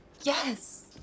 Yes